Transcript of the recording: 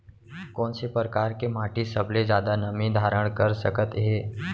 कोन से परकार के माटी सबले जादा नमी धारण कर सकत हे?